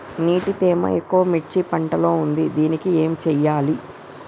నీటి తేమ ఎక్కువ మిర్చి పంట లో ఉంది దీనికి ఏం చేయాలి?